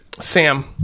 Sam